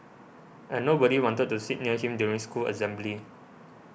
and nobody wanted to sit near him during school assembly